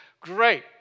Great